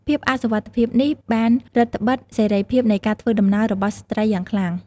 ភាពអសុវត្ថិភាពនេះបានរឹតត្បិតសេរីភាពនៃការធ្វើដំណើររបស់ស្ត្រីយ៉ាងខ្លាំង។